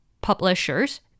publishers